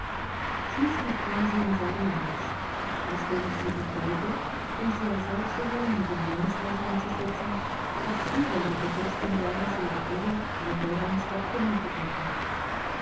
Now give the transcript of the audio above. schließlich kam sie ins armenhaus aus dem ich sie befreite um sie als aufseherin über jenes haus einzusetzen das sie während des ersten jahres ihrer ehe mir dereinst abgemietet hatte